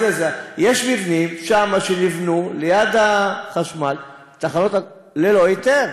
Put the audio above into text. יש מבנים שם שנבנו ליד החשמל, התחנות, ללא היתר.